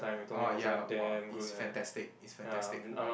orh ya !wah! it's fantastic it's fantastic